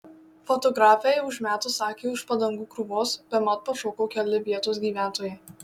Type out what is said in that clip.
fotografei užmetus akį už padangų krūvos bemat pašoko keli vietos gyventojai